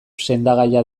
sendagaia